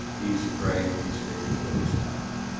he's afraid he's fixing to lose tyler